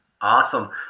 Awesome